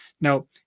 Now